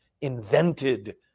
invented